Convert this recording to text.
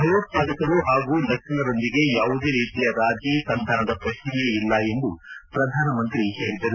ಭಯೋತ್ಪಾದಕರು ಹಾಗೂ ನಕ್ಸಲರೊಂದಿಗೆ ಯಾವುದೇ ರೀತಿಯ ರಾಜೀ ಸಂಧಾನದ ಪ್ರಶ್ನೆಯೇ ಇಲ್ಲ ಎಂದು ಪ್ರಧಾನಮಂತ್ರಿ ಹೇಳಿದರು